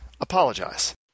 Apologize